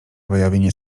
wyjawienie